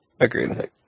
Agreed